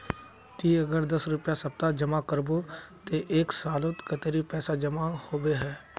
ती अगर दस रुपया सप्ताह जमा करबो ते एक सालोत कतेरी पैसा जमा होबे बे?